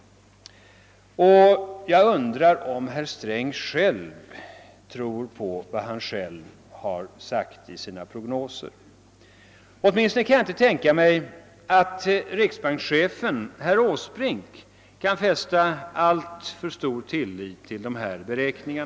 Jag undrar om herr Sträng själv tror på vad han skrivit i sina prognoser. I varje fall kan jag inte tänka mig att riksbankschefen sätter alltför stor tillit till dessa beräkningar.